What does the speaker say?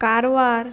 Karwar